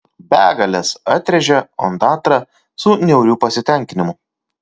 begalės atrėžė ondatra su niauriu pasitenkinimu